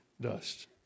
dust